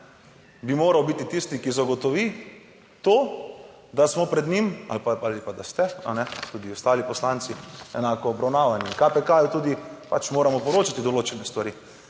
bi moral biti tisti, ki zagotovi to, da smo pred njim ali pa, da ste, tudi ostali poslanci, enako obravnavani in KPK tudi pač moramo poročati določene stvari.